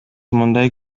мындай